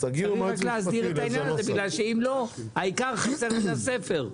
צריך להסדיר את העניין הזה בגלל שאם לא יסדירו העיקר חסר מן הספר.